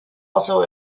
also